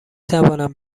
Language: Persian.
توانم